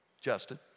Justin